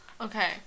Okay